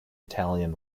italian